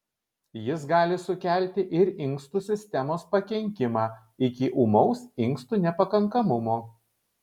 jis gali sukelti ir inkstų sistemos pakenkimą iki ūmaus inkstų nepakankamumo